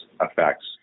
effects